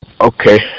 Okay